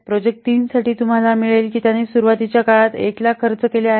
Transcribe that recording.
project 3 साठी तुम्हाला मिळेल की त्याने सुरुवातीच्या काळात १००००० खर्च केले आहेत